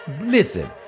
Listen